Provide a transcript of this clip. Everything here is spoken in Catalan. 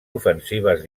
ofensives